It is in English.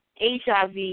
HIV